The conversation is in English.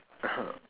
(uh huh)